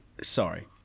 sorry